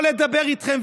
לא לדבר איתכם.